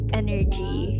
energy